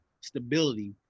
stability